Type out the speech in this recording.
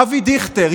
אבי דיכטר,